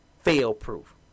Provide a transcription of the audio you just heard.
fail-proof